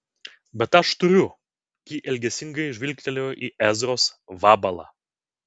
bet aš turiu ji ilgesingai žvilgtelėjo į ezros vabalą